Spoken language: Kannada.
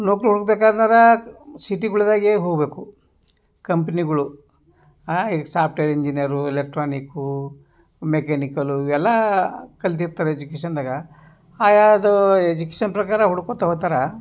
ನೌಕರಿ ಹುಡ್ಕ್ಬೇಕಂದರೆ ಸಿಟಿಗಳ್ದಾಗೆ ಹೋಗಬೇಕು ಕಂಪ್ನಿಗಳು ಆ ಈ ಸಾಫ್ಟ್ವೇರ್ ಇಂಜಿನಿಯರು ಇಲೆಕ್ಟ್ರಾನಿಕು ಮೆಕ್ಯಾನಿಕಲು ಇವೆಲ್ಲ ಕಲ್ತಿರ್ತಾರೆ ಎಜುಕೇಷನ್ದಾಗ ಆಯಾದು ಎಜುಕೇಷನ್ ಪ್ರಕಾರ ಹುಡ್ಕೊತ ಹೊತಾರ